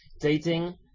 dating